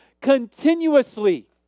continuously